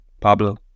Pablo